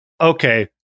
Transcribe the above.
okay